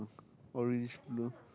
orange blue